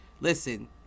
listen